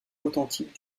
authentique